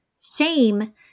Shame